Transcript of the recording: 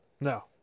no